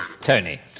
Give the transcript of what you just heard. Tony